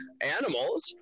animals